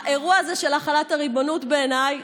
האירוע הזה של החלת ריבונות הוא בעיניי